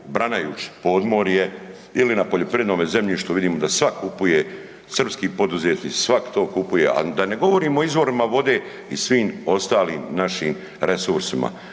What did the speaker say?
branajući podmorje ili na poljoprivrednome zemljištu vidimo da svak kupuje, srpski poduzetnici, svak to kupuje, a da ne govorimo o izvorima vode i svim ostalim našim resursima.